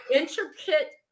intricate